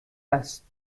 است